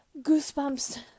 goosebumps-